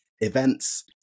events